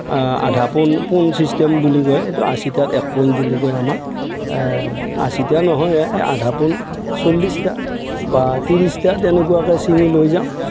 আধা পোণ পোণ চিষ্টেম বুলি কয় সেইটো আশীটাত এক পোণ বুলি কয় আমাৰ আশীটা নহয় এই আধা পোণ চল্লিছটা বা ত্ৰিছটা তেনেকুৱাকে চিঙি লৈ যাওঁ